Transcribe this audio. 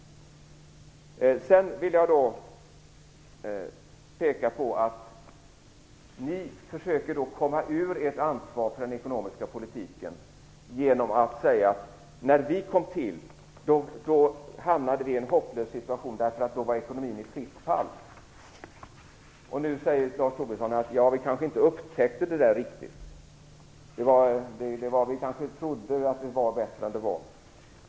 Ni försöker komma ifrån ert ansvar för den ekonomiska politiken genom att säga: När vi kom till makten hamnade vi i en hopplös situation därför att ekonomin var i fritt fall. Nu säger Lars Tobisson att man kanske inte upptäckte det riktigt. Man kanske trodde att det var bättre än det var.